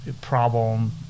problem